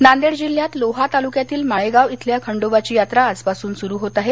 नांदेड नांदेड जिल्ह्यात लोहा तालुक्यातील माळेगाव इथल्या खंडोबाची यात्रा आजपासून सुरू होत आहे